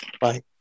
bye